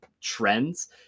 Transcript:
trends